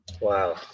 Wow